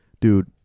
dude